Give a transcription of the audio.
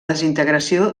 desintegració